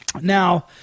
now